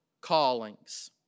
callings